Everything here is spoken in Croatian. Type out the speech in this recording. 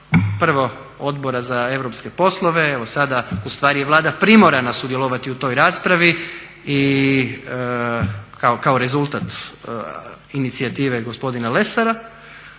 prvo Odbora za europske poslove, evo sada ustvari je Vlada primorana sudjelovati u toj raspravi i kao rezultat inicijative gospodina Lesara